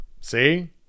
See